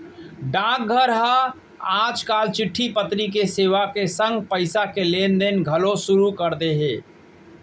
डाकघर हर आज काल चिट्टी पतरी के सेवा के संग पइसा के लेन देन घलौ सुरू कर दिये हे